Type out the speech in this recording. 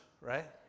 right